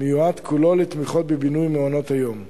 הוא מיועד כולו לתמיכות בבינוי מעונות-היום.